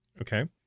Okay